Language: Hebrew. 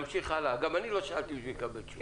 לא שאלתי בשביל לקבל תשובה.